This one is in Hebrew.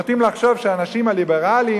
נוטים לחשוב שהאנשים הליברלים,